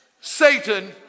Satan